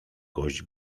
gość